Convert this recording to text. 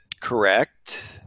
correct